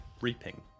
reaping